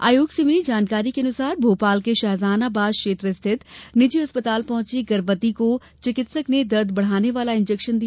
आयोग से मिली जानकारी के अनुसार भोपाल के शाहजहांनाबाद क्षेत्र स्थित निजी अस्पताल पहुंची गर्भवती को चिकित्सक ने दर्द बढ़ाने वाला इंजेक्शन दिया